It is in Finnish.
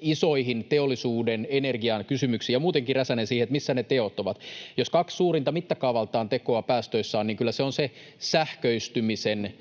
isoihin teollisuuden energiakysymyksiin, ja muutenkin Räsänen viittasi siihen, missä ne teot ovat. Jos mittakaavaltaan kaksi suurinta tekoa päästöissä on, niin kyllä se on se sähköistymisen